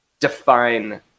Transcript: define